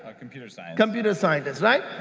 ah computer science computer scientist, right,